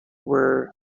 were